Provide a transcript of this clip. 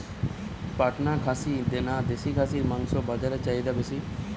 পাটনা খাসি না দেশী খাসির মাংস বাজারে চাহিদা বেশি?